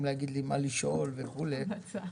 בקשה.